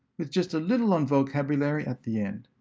with just a little on vocabulary at the end.